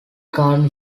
cartoon